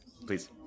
please